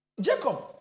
Jacob